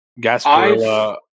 Gasparilla